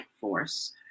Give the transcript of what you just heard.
force